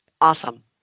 Awesome